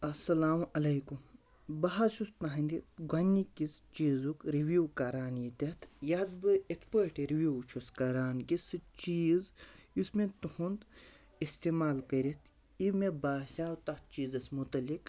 اَسَلامُ علیکُم بہٕ حظ چھُس تُہندِ گۄڈنِکِس چیٖزُک رِوِو کَران ییٚتٮ۪تھ یَتھ بہٕ اِتھ پٲٹھۍ رِوِو چھُس کَران کہِ سُہ چیٖز یُس مےٚ تُہُنٛد اِستعمال کٔرِتھ یہِ مےٚ باسیٛو تَتھ چیٖزَس متعلق